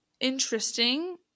interesting